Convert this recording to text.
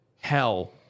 hell